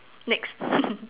next